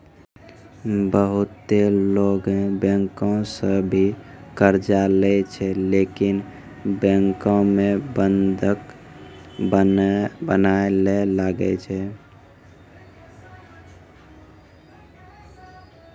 बहुते लोगै बैंको सं भी कर्जा लेय छै लेकिन बैंको मे बंधक बनया ले लागै छै